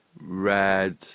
red